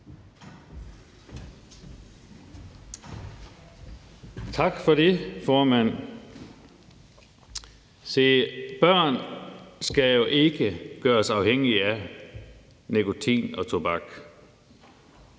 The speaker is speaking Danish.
Tak for det, formand. Se, børn skal jo ikke gøre sig afhængige af nikotin og tobak,